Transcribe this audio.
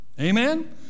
Amen